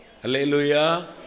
hallelujah